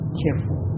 careful